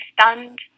stunned